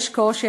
יש קושי,